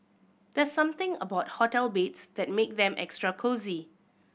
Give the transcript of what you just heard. there's something about hotel beds that make them extra cosy